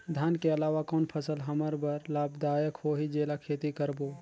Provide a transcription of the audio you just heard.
धान के अलावा कौन फसल हमर बर लाभदायक होही जेला खेती करबो?